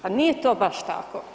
Pa nije to baš tako.